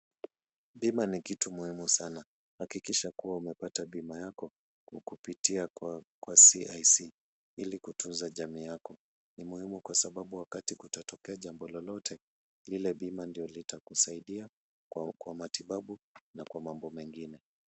Bima ni kitu muhimu sana hakikisha kua umepata bima yako kupitia kwa CIC ili kutunza jamii yako na ni muhimu kwa sababu wakati kutatokea jambo lolote lile bima litakusaidia kwa matibabu na kwa mambo mengine.